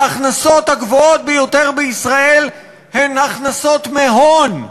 ההכנסות הגבוהות ביותר בישראל הן הכנסות מהון.